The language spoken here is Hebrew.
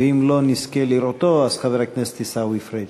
ואם לא נזכה לראותו, חבר הכנסת עיסאווי פריג'.